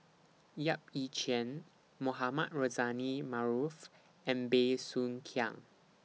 Yap Ee Chian Mohamed Rozani Maarof and Bey Soo Khiang